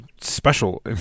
special